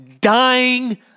dying